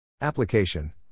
Application